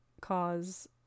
cause